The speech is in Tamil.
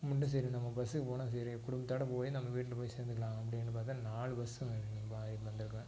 கும்பிட்டு சரி நம்ம பஸ்ஸுக்கு போனால் சரி குடும்பத்தோடு போய் நம்ம வீட்டில் போய் சேர்ந்துக்கலாம் அப்படின்னு பார்த்தா நாலு பஸ்ஸு மாறி மாறி வந்துருக்கிறோம்